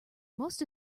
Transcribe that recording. most